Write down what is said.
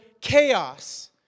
chaos